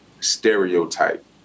stereotype